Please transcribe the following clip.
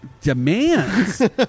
demands